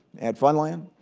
at funland.